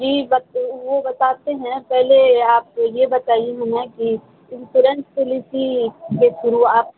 جی بس وہ بتاتے ہیں پہلے آپ یہ بتائیے ہمیں کہ انشورنس پالیسی کے تھرو آپ